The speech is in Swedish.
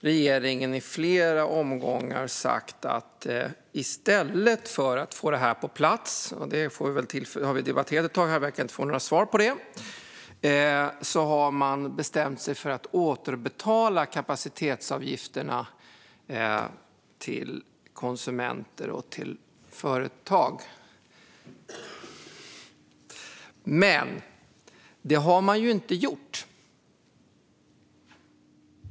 Regeringen har i flera omgångar sagt att man i stället för att få detta på plats - det har vi debatterat ett tag här, och vi verkar inte få några svar - har bestämt sig för att återbetala kapacitetsavgifterna till konsumenter och företag. Men det har man ju inte gjort.